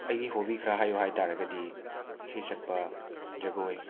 ꯑꯩꯒꯤ ꯍꯣꯕꯤ ꯍꯔ ꯍꯥꯏꯌꯨ ꯍꯥꯏꯇꯥꯔꯒꯗꯤ ꯏꯁꯩ ꯁꯛꯄ ꯖꯒꯣꯏ